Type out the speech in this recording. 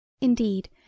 Indeed